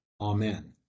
Amen